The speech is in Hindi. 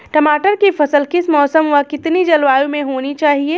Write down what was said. टमाटर की फसल किस मौसम व कितनी जलवायु में होनी चाहिए?